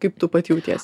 kaip tu pati jautiesi